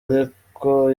ariko